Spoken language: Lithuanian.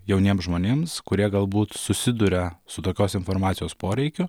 jauniems žmonėms kurie galbūt susiduria su tokios informacijos poreikiu